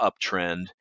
uptrend